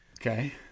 okay